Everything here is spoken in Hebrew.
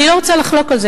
אני לא רוצה לחלוק על זה,